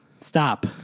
Stop